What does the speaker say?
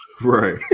Right